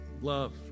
love